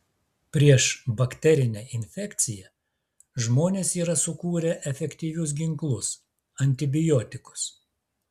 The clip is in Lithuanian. prieš bakterinę infekciją žmonės yra sukūrę efektyvius ginklus antibiotikus